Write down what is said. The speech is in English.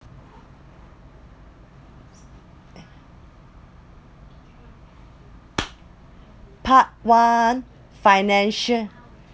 part one financial